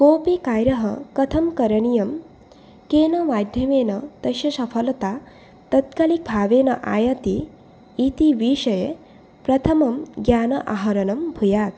कोऽपि कार्यं कथं करणीयं केन माध्यमेन तस्य सफलता तात्कालिकभावेन आयाति इति विषये प्रथमं ज्ञान आहरणं भूयात्